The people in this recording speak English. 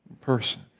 person